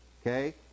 Okay